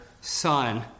Son